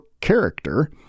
character